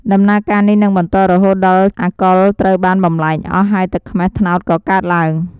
ដំណើរការនេះនឹងបន្តរហូតដល់អាល់កុលត្រូវបានបំប្លែងអស់ ហើយទឹកខ្មេះត្នោតក៏កើតឡើង។